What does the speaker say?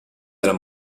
della